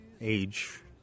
age